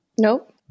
Nope